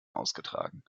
ausgetragen